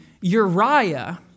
Uriah